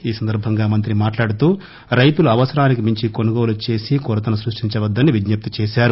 ఈసందర్బంగా మంత్రి మాట్లాడుతూ రైతులు అవసరానికి మించి కొనుగోలు చేసి కొరతను స్పష్టించవద్దని విజ్ఞప్తి చేశారు